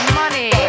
money